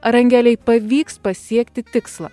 ar angelei pavyks pasiekti tikslą